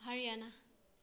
ꯍꯔꯤꯌꯥꯥꯅꯥ